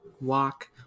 walk